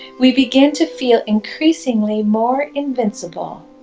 we begin to feel increasingly more invincible.